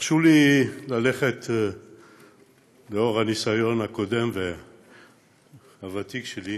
תרשו לי ללכת לאור הניסיון הקודם והוותיק שלי